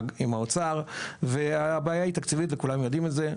האוצר והבעיה היא תקציבית וכולם יודעים את זה,